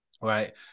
right